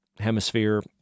Hemisphere